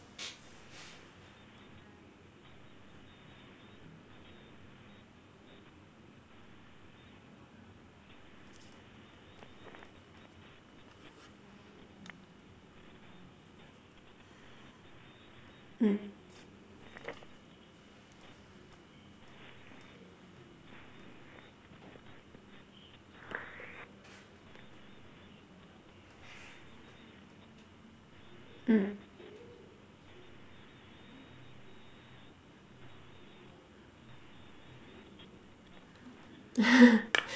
mm mm